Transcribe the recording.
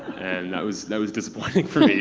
and that was that was disappointing for